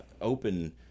open